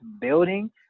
building